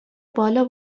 بالا